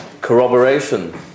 corroboration